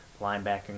linebacking